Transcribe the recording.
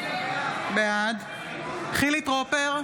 בעד חילי טרופר,